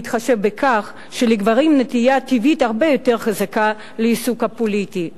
בהתחשב בכך שלגברים נטייה טבעית הרבה יותר חזקה לעיסוק הפוליטי.